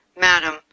Madam